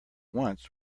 once